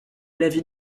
l’avis